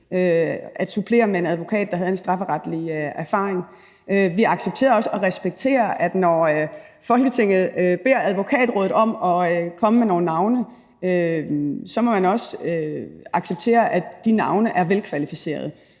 at supplere med en advokat, der havde en strafferetlig erfaring. Vi accepterede det også, og vi respekterer, at når Folketinget beder Advokatrådet om at komme med nogle navne, så må man også acceptere, at de navne er velkvalificerede.